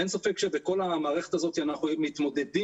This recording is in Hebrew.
אין ספק שבכל המערכת הזאת אנחנו מתמודדים